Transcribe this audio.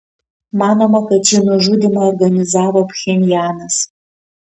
manoma kad šį nužudymą organizavo pchenjanas